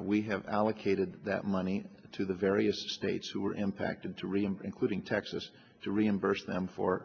we have allocated that money to the various states who were impacted to reimburse including texas to reimburse them for